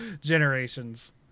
generations